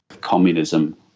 communism